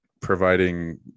providing